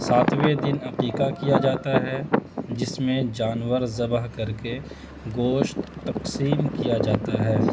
ساتوے دن عقیقہ کیا جاتا ہے جس میں جانور بح کر کے گوشت تقسیم کیا جاتا ہے